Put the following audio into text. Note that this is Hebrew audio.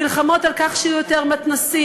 מלחמות על כך שיהיו יותר מתנ"סים,